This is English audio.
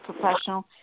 professional